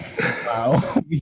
Wow